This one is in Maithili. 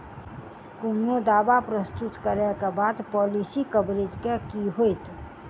कोनो दावा प्रस्तुत करै केँ बाद पॉलिसी कवरेज केँ की होइत?